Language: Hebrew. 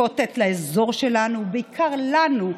מאותתת לאזור שלנו, ובעיקר לנו,